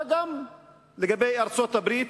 וגם לגבי ארצות-הברית,